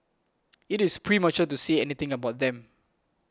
it is premature to say anything about them